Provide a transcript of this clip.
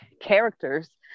characters